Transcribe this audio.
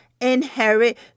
inherit